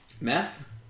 Meth